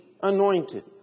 anointed